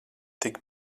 tik